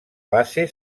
base